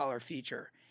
feature